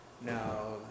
Now